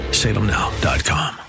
salemnow.com